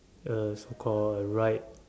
uh so call right